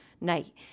night